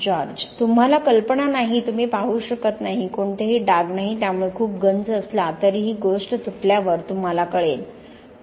George तुम्हाला कल्पना नाही तुम्ही पाहू शकत नाही कोणतेही डाग नाही त्यामुळे खूप गंज असला तरीही गोष्ट तुटल्यावर तुम्हाला कळेल